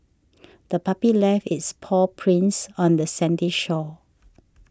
the puppy left its paw prints on the sandy shore